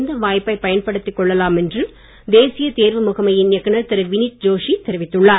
இந்த வாய்ப்பை பயன்படுத்திக் கொள்ளலாம் என்று தேசிய தேர்வு முகமையின் இயக்குனர் திரு வினித் ஜோஷி தெரிவித்துள்ளார்